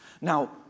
Now